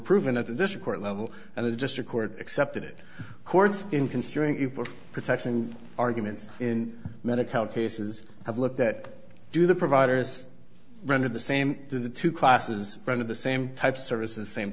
proven at this court level and the district court accepted it courts in considering it for protection arguments in medical cases have looked at do the providers render the same to the two classes run of the same type services same